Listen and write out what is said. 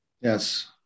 Yes